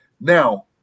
Now